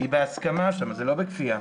זה לא בכפייה.